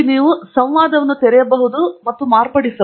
ಇಲ್ಲಿ ನೀವು ಸಂವಾದವನ್ನು ತೆರೆಯಿರಿ ಮತ್ತು ಮಾರ್ಪಡಿಸಿ